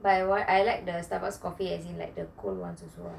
but I like the Starbucks coffee as in the cold [ones] also lah